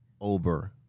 over